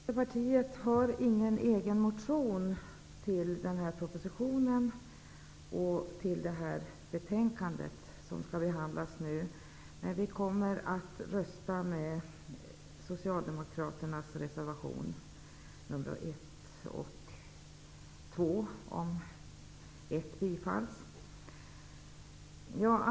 Herr talman! Vänsterpartiet har ingen egen motion med anledning av den här propositionen och alltså ingen motion som behandlas i det här betänkandet. Vi kommer att rösta med Socialdemokraternas reservation nr 1 och med nr 2 om nr 1 bifalls av kammaren.